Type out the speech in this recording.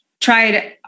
tried